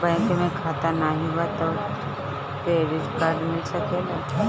Bank में खाता नाही बा तबो क्रेडिट कार्ड मिल सकेला?